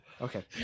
Okay